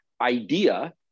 idea